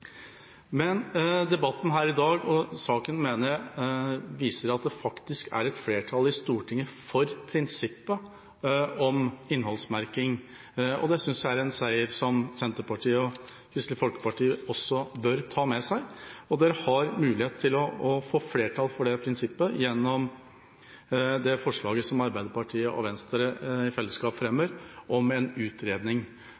Men debatten her i dag og saken mener jeg viser at det er et flertall i Stortinget for prinsippet om innholdsmerking, og det synes jeg er en seier som Senterpartiet og Kristelig Folkeparti også bør ta med seg. De har mulighet til å få flertall for dette prinsippet gjennom det forslaget som Arbeiderpartiet og Venstre i fellesskap fremmer om en utredning.